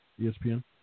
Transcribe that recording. ESPN